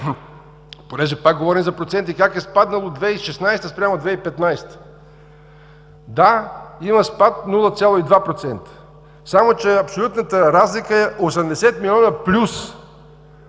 понеже пак говорим за проценти – как е спаднал от 2016 г. спрямо 2015 г. Да, има спад 0,2% само че абсолютната разлика е 80 милиона плюс